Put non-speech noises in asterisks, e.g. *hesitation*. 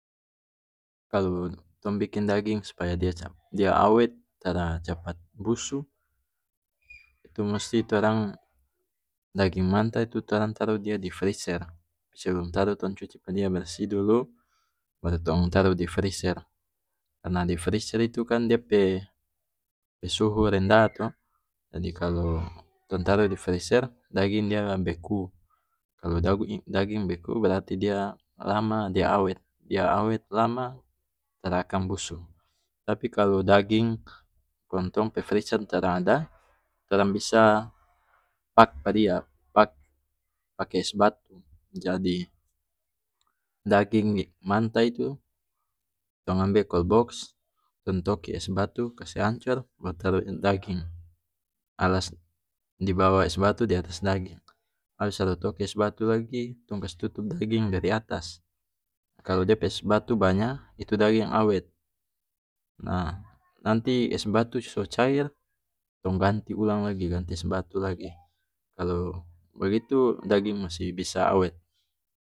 Kalu tong biking daging spaya dia *unintelligible* *noise* awet tara capat busu *noise* itu musti *noise* torang *noise* daging manta itu torang taru dia di friser sebelum taru tong cuci pa dia bersih dulu baru tong taru di friser karena di friser itu kan dia pe-pe suhu rendah *noise* to *noise* jadi kalu *noise* tong taru *noise* di friser daging dia beku kalu *unintelligible* daging beku berarti dia lama dia awet dia awet lama *noise* tara akang busu tapi kalu daging *hesitation* kong tong pe friser tara ada *noise* torang bisa *noise* pak pa dia pak pake es batu jadi *noise* daging *hesitation* manta itu tong ambe kolbox tong toki es batu kase ancor baru taru *unintelligible* daging *noise* alas dibawah es batu diatas daging *noise* abis baru toki es batu lagi tong kas tutup daging dari *noise* atas kalu *noise* dia pe es batu banya itu daging awet nah *noise* nanti es batu *noise* so cair tong ganti ulang lagi ganti es batu lagi *noise* kalu bagitu *noise* daging masih bisa awet. *noise*